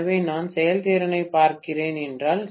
எனவே நான் செயல்திறனைப் பார்க்கிறேன் என்றால்